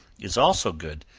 is also good,